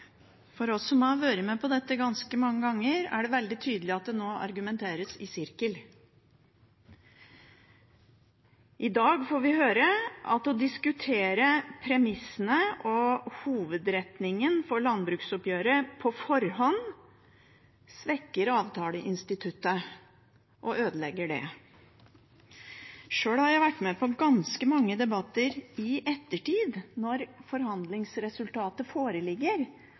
For oss som har vært med på dette ganske mange ganger, er det veldig tydelig at det nå argumenteres i sirkel. I dag får vi høre at å diskutere premissene og hovedretningen for landbruksoppgjøret på forhånd svekker avtaleinstituttet og ødelegger det. Sjøl har jeg vært med på ganske mange debatter i ettertid – når forhandlingsresultatet foreligger,